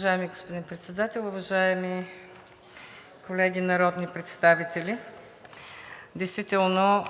Уважаеми господин Председател, уважаеми колеги народни представители! Действително